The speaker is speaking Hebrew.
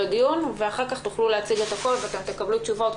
ואחר כך תוכלו להציג את הכול ותקבלו תשובות,